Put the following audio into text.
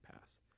Pass